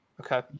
okay